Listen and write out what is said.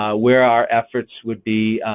um where our efforts would be